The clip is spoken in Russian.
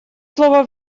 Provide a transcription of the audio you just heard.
слово